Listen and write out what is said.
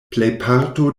plejparto